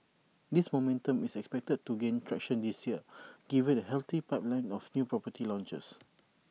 this momentum is expected to gain traction this year given A healthy pipeline of new property launches